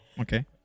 okay